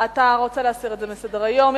רוצה להסיר את זה מסדר-היום?